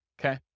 Okay